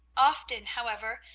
often, however,